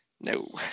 No